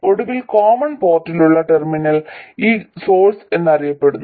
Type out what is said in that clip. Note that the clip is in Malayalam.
ഒടുവിൽ കോമൺ പോർട്ടിനുള്ള ടെർമിനൽ ഇത് സോഴ്സ് എന്നറിയപ്പെടുന്നു